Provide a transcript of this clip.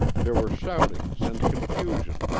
there were shoutings and confusion,